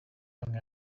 young